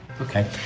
Okay